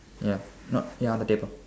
ya not ya on the table